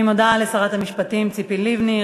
אני מודה לשרת המשפטים ציפי לבני.